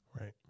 Right